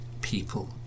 people